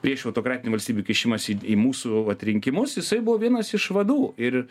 prieš autokratinių valstybių kišimąsi į į mūsų vat rinkimus jisai buvo vienas iš vadų ir